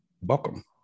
welcome